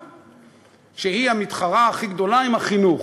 שהיא המתחרה הכי גדולה עם החינוך?